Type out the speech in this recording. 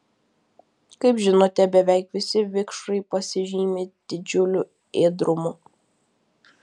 kaip žinote beveik visi vikšrai pasižymi didžiuliu ėdrumu